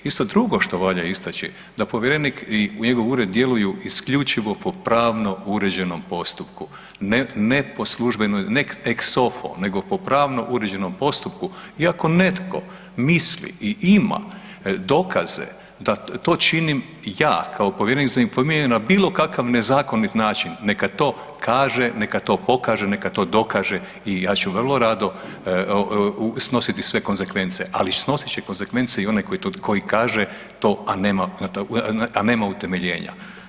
Isto drugo što valja istaći, da povjerenik i njegov ured djeluju isključivo po pravno uređenom postupku, ne po službenoj, ne ... nego po pravno uređenom postupu i ako netko misli i ima dokaze da to činim ja kao povjerenik za informiranje na bilokakav nezakonit način, neka to kaže, neka to pokaže, neka to dokaže i ja ću vrlo rado snositi sve konzekvence ali snositi će konzekvence i onaj koji kaže to a nema utemeljenja.